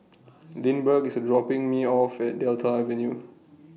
Lindbergh IS dropping Me off At Delta Avenue